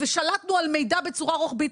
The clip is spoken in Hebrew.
ושלטנו על מידע בצורה רוחבית,